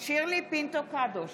שירלי פינטו קדוש,